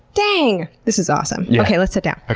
dang! this is awesome. yeah okay, let's sit down.